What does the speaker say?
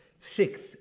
Sixth